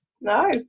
No